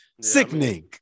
Sickening